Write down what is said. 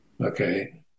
Okay